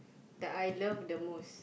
that I love the most